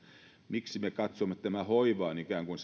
miksi me katsomme että tämä vanhustenhoiva on ikään kuin